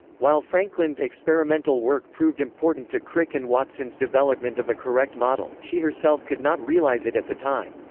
while franklin's experimental work proved important to crick and watson's development of a correct model, she herself could not realize it at the time.